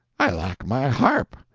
i lack my harp,